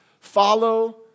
follow